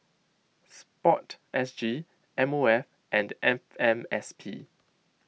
Sport S G M O F and F M S P